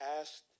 asked